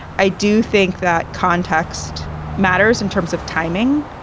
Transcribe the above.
i do think that context matters in terms of timing.